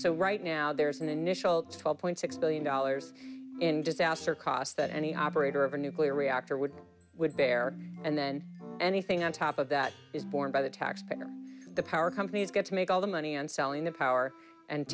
so right now there's an initial twelve point six billion dollars in disaster cost that any operator of a nuclear reactor would would bear and then anything on top of that is borne by the taxpayer the power companies get to make all the money on selling the power and